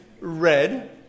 red